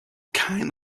kind